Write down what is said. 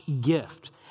gift